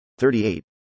38